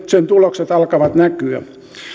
sen tulokset alkavat näkyä